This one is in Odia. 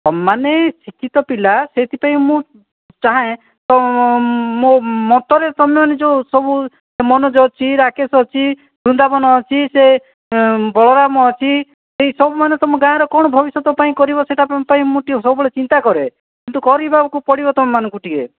ତୁମେମାନେ ଶିକ୍ଷିତ ପିଲା ସେଥିପାଇଁ ମୁଁ ଚାହେଁ ମୋ' ମତରେ ତୁମେମାନେ ଯେଉଁ ସବୁ ସେ ମନୋଜ ଅଛି ରାକେଶ ଅଛି ବୃନ୍ଦାବନ ଅଛି ସେ ବଳରାମ ଅଛି ସେଇ ତୁମେମାନେ ତୁମ ଗାଁ କ'ଣ ଭବିଷ୍ୟତ ପାଇଁ କରିବା ସେଇଟା ପାଇଁ ମୁଁ ଟିକିଏ ସବୁବେଳେ ଚିନ୍ତା କରେ କିନ୍ତୁ କରିବାକୁ ପଡ଼ିବ ତୁମମାନଙ୍କୁ ଟିକିଏ